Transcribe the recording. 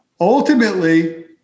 Ultimately